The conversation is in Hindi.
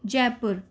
जयपुर